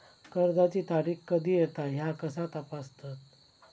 कर्जाची तारीख कधी येता ह्या कसा तपासतत?